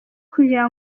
kugira